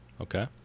Okay